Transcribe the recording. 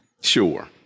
Sure